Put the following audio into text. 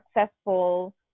successful